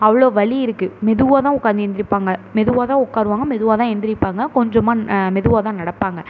அவ்வளோ வலி இருக்குது மெதுவாக தான் உக்காந்து எழுந்திருப்பாங்க மெதுவாக தான் உட்காருவாங்க மெதுவாக தான் எழுந்திருப்பாங்க கொஞ்சமாக மெதுவாக தான் நடப்பாங்க